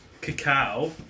Cacao